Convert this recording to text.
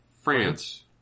France